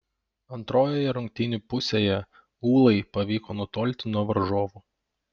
antrojoje rungtynių pusėje ūlai pavyko nutolti nuo varžovų